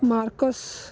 markus